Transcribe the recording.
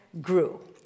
grew